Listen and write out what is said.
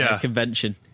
convention